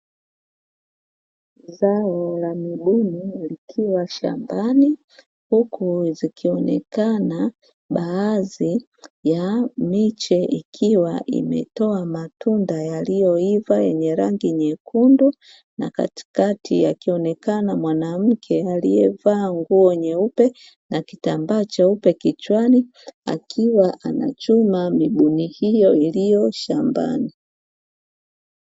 Zao la miguni likiwa shambani huku zikionekana baadhi ya miche, ikiwa imetoa matunda yaliyo iva yenye rangi nyekundu na katikati akionekana mwanamke aliyevaa nguo nyeupe na kitambaa cheupe kichwani akiwa anachuma miguni hiyo iliyo shambani.